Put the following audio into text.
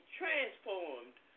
transformed